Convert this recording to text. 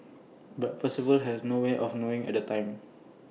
but Percival had no way of knowing at the time